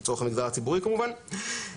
לצורך המגזר הציבורי, כמובן.